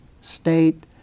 state